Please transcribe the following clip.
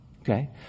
Okay